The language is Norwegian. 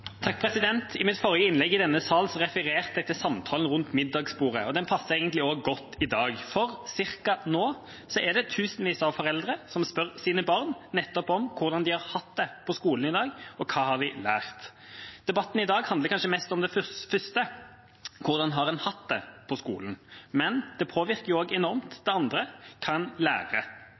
I mitt forrige innlegg i denne sal refererte jeg til en samtale rundt middagsbordet, og den passer egentlig også godt i dag, for sånn cirka nå er det tusenvis av foreldre som spør barna sine nettopp om hvordan de har hatt det på skolen i dag, og hva de har lært. Debatten i dag handler kanskje mest om det første – hvordan har en hatt det på skolen. Men det påvirker også det andre enormt